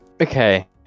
Okay